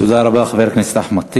תודה רבה, חבר הכנסת אחמד טיבי.